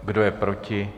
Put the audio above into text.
Kdo je proti?